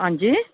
हां जी